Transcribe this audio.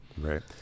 Right